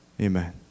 Amen